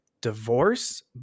divorce